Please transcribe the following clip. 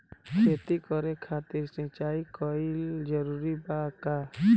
खेती करे खातिर सिंचाई कइल जरूरी बा का?